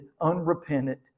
unrepentant